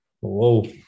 Whoa